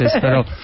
Pero